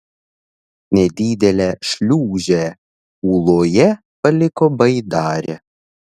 nedidelę šliūžę ūloje paliko baidarė